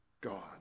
God